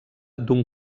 d’un